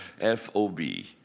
F-O-B